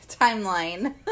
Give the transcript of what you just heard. timeline